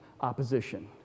opposition